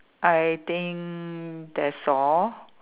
I think that's all